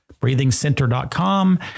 breathingcenter.com